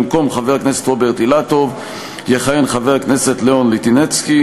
במקום חבר הכנסת רוברט אילטוב יכהן חבר הכנסת לאון ליטינצקי,